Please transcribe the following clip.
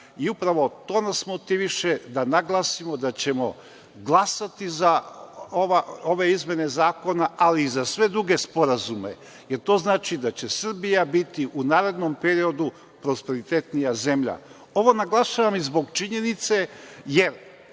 i upravo to nas motiviše da naglasimo da ćemo glasati za ove izmene zakona, ali i za sve druge sporazume, jer to znači da će Srbija biti u narednom periodu prosperitetnija zemlja. Ovo naglašavam i zbog činjenice, jer